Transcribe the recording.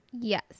Yes